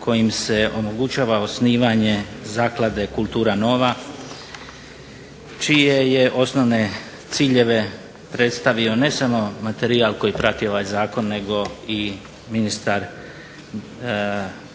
kojim se omogućava osnivanje Zaklade Kultura nova, čije je osnovne ciljeve predstavio ne samo materijal koji prati ovaj Zakon nego ministar